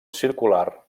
circular